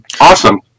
Awesome